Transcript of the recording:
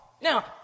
Now